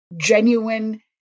genuine